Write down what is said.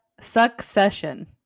Succession